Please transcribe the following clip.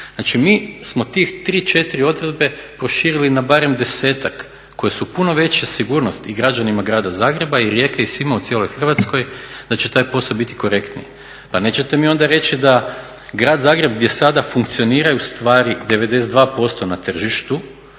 Znači, mi smo tih tri, četiri odredbe proširili na barem desetak koje su puno veća sigurnost i građanima grada Zagreba i Rijeke i svima u cijeloj Hrvatskoj da će taj posao biti korektniji. Pa nećete mi onda reći da grad Zagreb gdje sada funkcioniraju stvari 92% na tržištu